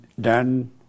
done